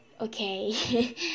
okay